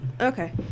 Okay